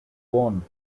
one